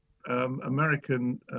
American